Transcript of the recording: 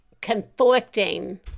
conflicting